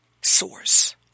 source